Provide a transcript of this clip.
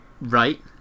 Right